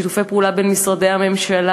שיתופי פעולה בין משרדי הממשלה,